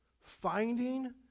Finding